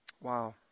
Wow